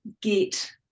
get